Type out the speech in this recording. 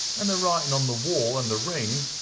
and the writing on the wall, and the ring,